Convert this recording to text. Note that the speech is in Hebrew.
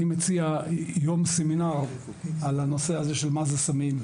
אני מציע יום סמינר על הנושא הזה של מהם סמים.